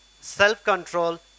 self-control